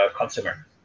consumer